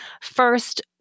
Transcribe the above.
first